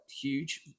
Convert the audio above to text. huge